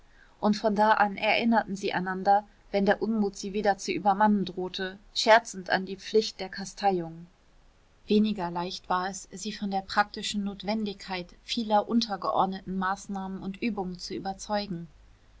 und von da an erinnerten sie einander wenn der unmut sie wieder zu übermannen drohte scherzend an die pflicht der kasteiung weniger leicht war es sie von der praktischen notwendigkeit vieler untergeordneten maßnahmen und übungen zu überzeugen